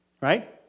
Right